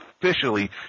Officially